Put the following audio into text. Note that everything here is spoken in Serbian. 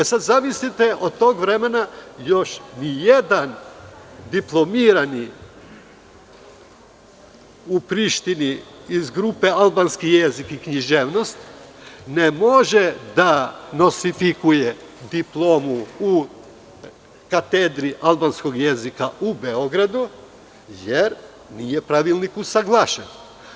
Sada zamislite, od tada još ni jedan diplomirani u Prištini iz grupe albanski jezik i književnost ne može da nostrifikuje diplomu na katedri albanskog jezika u Beogradu, jer pravilnik nije usaglašen.